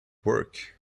work